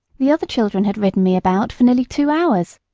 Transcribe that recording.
the other children had ridden me about for nearly two hours,